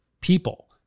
people